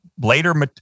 later